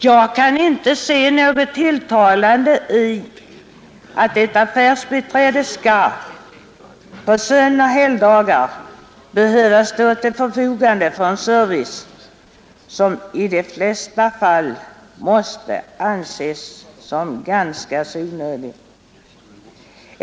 Jag kan inte se något tilltalande i att ett affärsbiträde skall behöva stå till förfogande på sönoch helgdagar för en service som i de flesta fall måste anses vara ganska onödig.